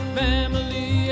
family